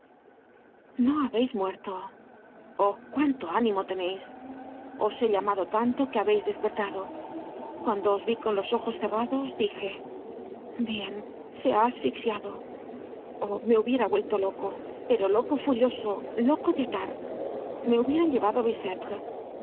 no habeis muerto oh cuánto ánimo teneis os he llamado tanto que habeis despertado cuando os vi con los ojos cerrados dije bien se ha asfixiado oh me hubiera vuelto loco pero loco furioso loco de atar me hubieran llevado